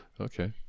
Okay